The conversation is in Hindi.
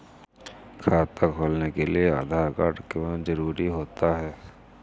खाता खोलने के लिए आधार कार्ड क्यो जरूरी होता है?